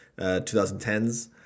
2010s